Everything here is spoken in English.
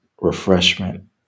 refreshment